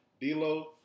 D-Lo